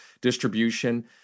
distribution